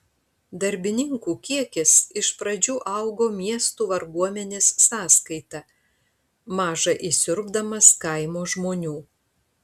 darbininkų kiekis iš pradžių augo miestų varguomenės sąskaita maža įsiurbdamas kaimo žmonių